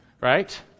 right